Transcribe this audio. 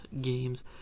games